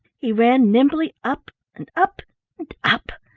he ran nimbly up and up and up,